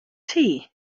tea